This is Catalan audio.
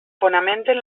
fonamenten